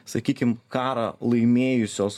sakykim karą laimėjusios